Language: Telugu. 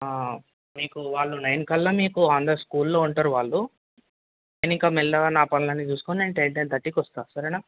మీకు వాళ్ళు నైన్ కల్లా మీకు అందరు స్కూల్లో ఉంటారు వాళ్ళు నేను ఇంకా మెల్లగా నా పనులన్నీ చూసుకుని నేను టెన్ టెన్ తర్టీకి వస్తా సరేనా